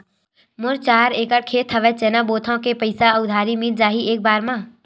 मोर चार एकड़ खेत हवे चना बोथव के पईसा उधारी मिल जाही एक बार मा?